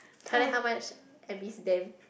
tell them how much I miss them